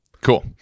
cool